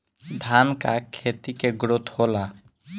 धान का खेती के ग्रोथ होला?